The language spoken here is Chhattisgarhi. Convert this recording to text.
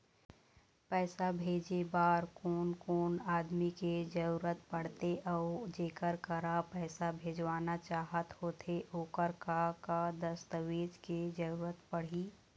पैसा भेजे बार कोन कोन आदमी के जरूरत पड़ते अऊ जेकर करा पैसा भेजवाना चाहत होथे ओकर का का दस्तावेज के जरूरत पड़ही?